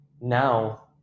now